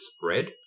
spread